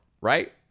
right